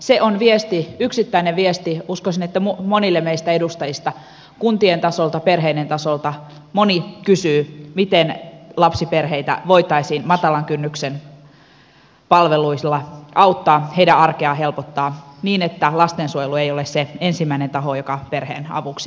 se on yksittäinen viesti uskoisin että monilta meistä edustajista kuntien tasolta perheiden tasolta kysytään miten lapsiperheitä voitaisiin matalan kynnyksen palveluilla auttaa heidän arkeaan helpottaa niin että lastensuojelu ei ole se ensimmäinen taho joka perheen avuksi tulee